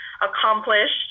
accomplished